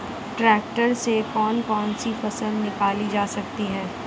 Tractor से कौन कौनसी फसल निकाली जा सकती हैं?